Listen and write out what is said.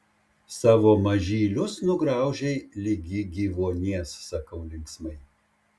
savo mažylius nugraužei ligi gyvuonies sakau linksmai